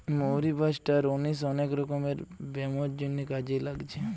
মৌরি বা star anise অনেক রকমের ব্যামোর জন্যে কাজে লাগছে